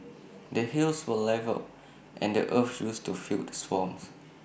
the hills were levelled and the earth used to fill the swamps